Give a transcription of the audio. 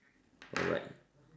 alright